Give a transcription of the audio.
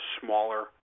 smaller